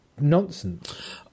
nonsense